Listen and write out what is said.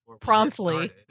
Promptly